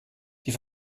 die